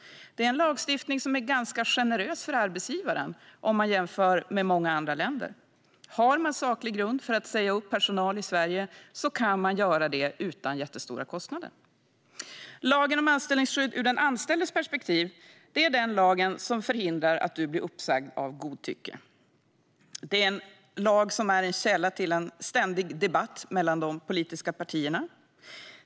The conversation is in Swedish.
Det är en lagstiftning som är ganska generös för arbetsgivaren jämfört med hur det ser ut i många andra länder. Har man saklig grund för att säga upp personal i Sverige kan man göra detta utan jättestora kostnader. Lagen om anställningsskydd är ur den anställdes perspektiv den lag som förhindrar att du blir uppsagd av godtycke. Det är en lag som är en källa till ständig debatt mellan de politiska partierna.